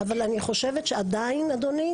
אבל אני חושבת שעדיין אדוני,